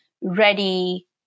ready